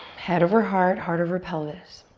head over heart, heart over pelvis.